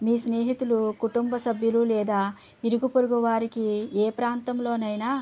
మీ స్నేహితులు కుటుంబ సభ్యులు లేదా ఇరుగుపొరుగు వారికి ఏ ప్రాంతంలోనైనా